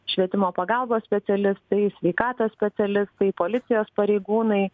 švietimo pagalbos specialistai sveikatos specialistai policijos pareigūnai